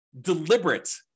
deliberate